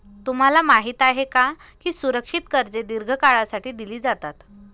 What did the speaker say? तुम्हाला माहित आहे का की सुरक्षित कर्जे दीर्घ काळासाठी दिली जातात?